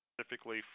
specifically